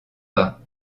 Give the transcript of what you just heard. pas